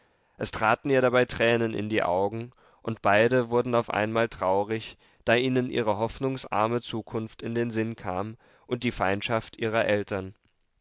es traten ihr dabei tränen in die augen und beide wurden auf einmal traurig da ihnen ihre hoffnungsarme zukunft in den sinn kam und die feindschaft ihrer eltern